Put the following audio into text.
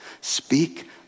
speak